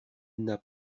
n’a